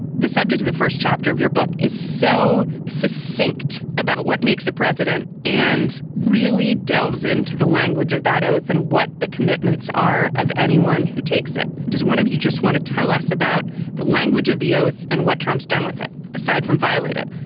the subject of the first chapter of your book is so succinct about what makes a president and really delves into the language of that oath and what the commitments are of anyone who takes it. does one of you just want to tell us about the language of the oath and what trump's done with it? aside from violate it,